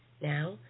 Now